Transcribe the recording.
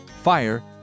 fire